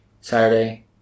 Saturday